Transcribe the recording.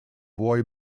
boy